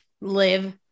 live